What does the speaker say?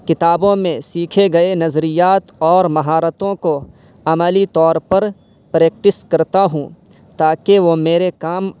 کتابوں میں سیکھے گئے نظریات اور مہارتوں کو عملی طور پر پریکٹس کرتا ہوں تاکہ وہ میرے کام